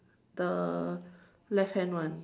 the left hand one